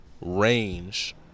range